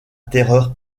terreur